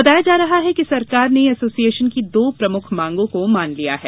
बताया जा रहा है कि सरकार ने एसोसिएशन की दो प्रमुख मांगो को मान लिया है